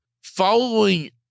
following